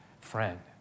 friend